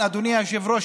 אדוני היושב-ראש,